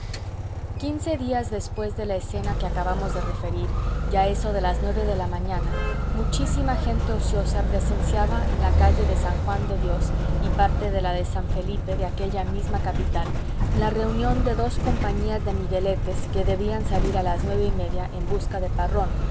quince días después de la escena que acabamos de referir y a eso de las nueve de la mañana muchísima gente ociosa presenciaba en la calle de san juan de dios y parte de la de san felipe de aquella misma capital la reunión de dos compañías de migueletes que debían salir a las nueve y media en busca de parrón